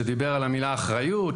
שדיבר על המילה "אחריות",